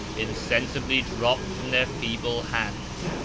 insensibly dropped from their feeble hands.